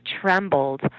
trembled